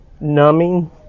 numbing